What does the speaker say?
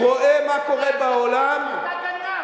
רואה מה קורה בעולם, אתה גנב.